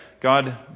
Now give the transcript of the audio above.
God